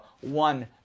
one